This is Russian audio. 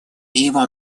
его